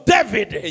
David